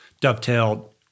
dovetailed